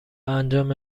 انجام